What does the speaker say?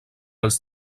els